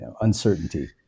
Uncertainty